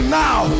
now